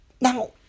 Now